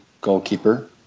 goalkeeper